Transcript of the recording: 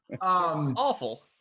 awful